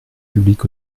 public